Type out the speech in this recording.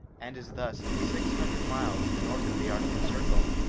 and is thus six hundred miles north of the arctic circle,